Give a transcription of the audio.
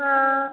ஆ